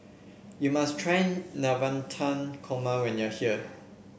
you must try Navratan Korma when you are here